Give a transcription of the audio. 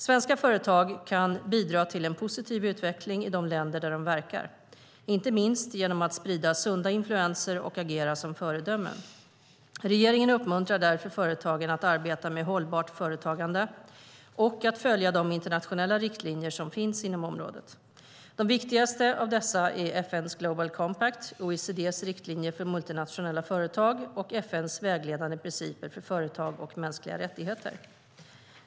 Svenska företag kan bidra till en positiv utveckling i de länder där de verkar, inte minst genom att sprida sunda influenser och agera som föredömen. Regeringen uppmuntrar därför företagen att arbeta med hållbart företagande och att följa de internationella riktlinjer som finns inom området. De viktigaste av dessa är FN:s Global Compact, OECD:s riktlinjer för multinationella företag och FN:s vägledande principer för företag och mänskliga rättigheter.